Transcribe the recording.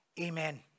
Amen